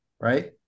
right